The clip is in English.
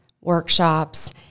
workshops